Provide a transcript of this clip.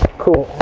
cool,